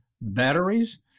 batteries